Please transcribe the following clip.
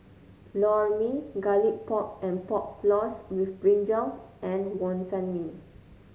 Lor Mee Garlic Pork and Pork Floss with brinjal and Wonton Mee